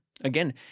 Again